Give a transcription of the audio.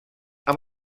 amb